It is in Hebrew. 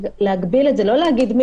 הייתי יכולה להישמע יותר לטענה הזאת אם